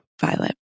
violet